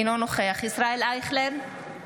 אינו נוכח ישראל אייכלר,